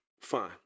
Fine